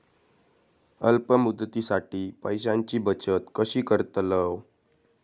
अल्प मुदतीसाठी पैशांची बचत कशी करतलव?